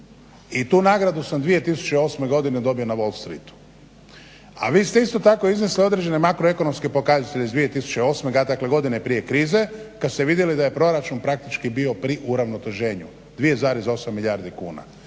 I tu nagradu sam 2008. godine dobio na Wall streetu. A vi ste isto tako iznesli određene makroekonomske pokazatelje iz 2008., dakle godine prije krize kad ste vidjeli da je proračun praktički bio pri uravnoteženju 2,8 milijardi kuna.